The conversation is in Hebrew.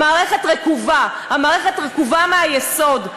המערכת רקובה, המערכת רקובה מהיסוד.